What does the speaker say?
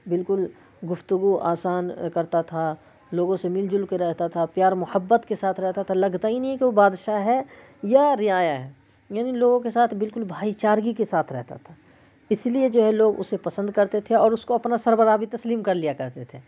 بالکل گفتگو آسان کرتا تھا لوگوں سے مل جل کے رہتا تھا پیار محبت کے ساتھ رہتا تھا لگتا ہی نہیں کہ وہ بادشاہ ہے یا رعایا ہے یعنی لوگوں کے ساتھ بالکل بھائی چارگی کے ساتھ رہتا تھا اس لیے جو ہے لوگ اسے پسند کرتے تھے اور اس کو اپنا سربراہ بھی تسلیم کرلیا کرتے تھے